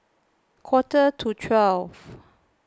quarter to twelve